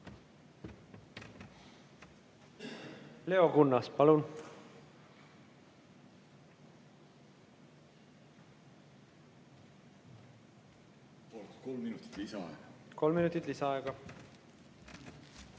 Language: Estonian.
Leo Kunnas, palun! Kolm minutit lisaaega.